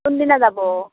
কোনদিনা যাব